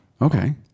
Okay